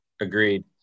Agreed